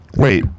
Wait